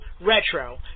Retro